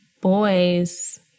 boys